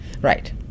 Right